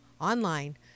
online